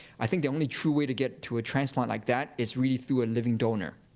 i think the only true way to get to a transplant like that is really through a living donor.